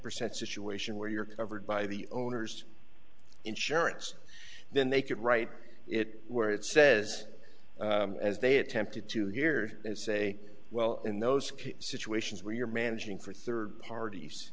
percent situation where you're covered by the owner's insurance then they could write it where it says as they attempted to here and say well in those situations where you're managing for third parties